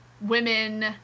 women